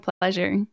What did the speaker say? pleasure